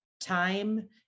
Time